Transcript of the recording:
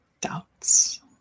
doubts